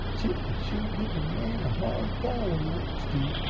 chip can sure give a man a hard fall when he wants to,